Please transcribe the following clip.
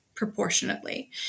proportionately